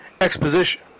exposition